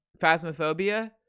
phasmophobia